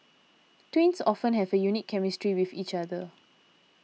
twins often have a unique chemistry with each other